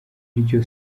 iryo